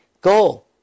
go